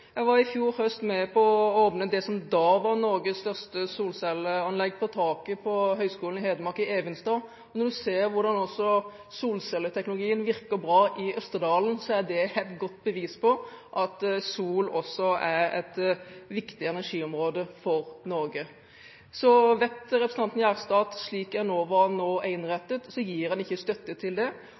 Jeg var i fjor høst med på å koble til det som da var Norges største solcelleanlegg, på taket på Høgskolen i Hedmark, på Evenstad. Når en ser hvordan også solcelleteknologien virker bra i Østerdalen, er det et godt bevis på at sol også er et viktig energiområde for Norge. Så vet representanten Gjerstad at slik Enova nå er innrettet, gir en ikke støtte til det.